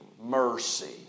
mercy